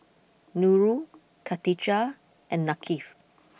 Nurul Khatijah and Thaqif